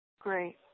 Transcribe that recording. Great